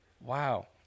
Wow